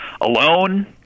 Alone